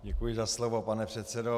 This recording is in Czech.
Děkuji za slovo, pane předsedo.